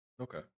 Okay